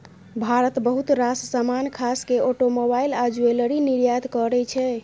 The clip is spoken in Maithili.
भारत बहुत रास समान खास केँ आटोमोबाइल आ ज्वैलरी निर्यात करय छै